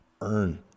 earn